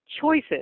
choices